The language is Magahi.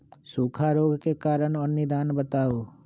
सूखा रोग के कारण और निदान बताऊ?